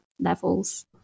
levels